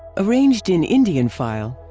arranged in indian file,